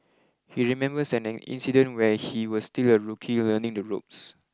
he remembers an incident when he was still a rookie learning the ropes